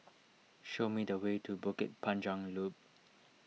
show me the way to Bukit Panjang Loop